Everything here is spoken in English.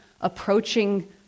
approaching